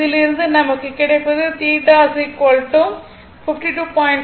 இதிலிருந்து நமக்கு கிடைப்பது θ 52